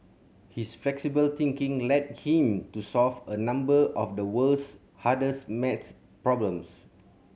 his flexible thinking led him to solve a number of the world's hardest maths problems